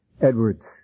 Edwards